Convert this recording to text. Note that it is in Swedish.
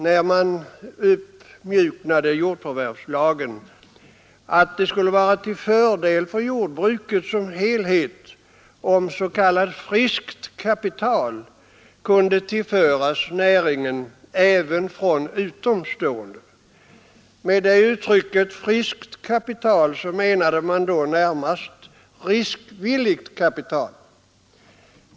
När man uppmjukade jordförvärvslagen hette det att det skulle vara till fördel för jordbruket som helhet om s.k. friskt kapital kunde tillföras näringen även från utomstående. Med uttrycket friskt kapital menade man då närmast riskvilligt kapital.